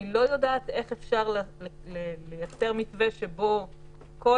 אני לא יודעת איך אפשר לייצר מתווה שבו כל